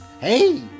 Hey